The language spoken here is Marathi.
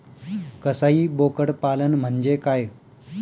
कसाई बोकड पालन म्हणजे काय?